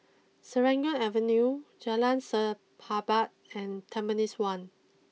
Serangoon Avenue Jalan Sahabat and Tampines one